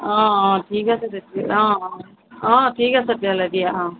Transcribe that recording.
অ অ ঠিক আছে তেতি অ অ ঠিক আছে তেতিয়াহ'লে দিয়া অ